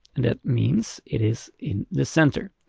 that means it is in the center.